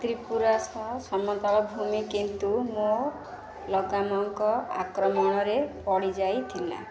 ତ୍ରିପୁରାର ସମତଳ ଭୂମି କିନ୍ତୁ ମୋଲଗା ମାନଙ୍କ ଆକ୍ରମଣରେ ପଡ଼ିଯାଇଥିଲା